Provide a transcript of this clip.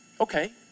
okay